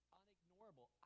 unignorable